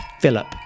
Philip